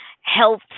health